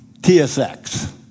TSX